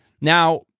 Now